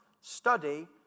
study